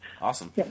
Awesome